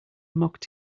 mocked